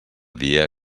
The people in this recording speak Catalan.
dia